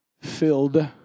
filled